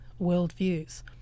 worldviews